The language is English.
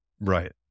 Right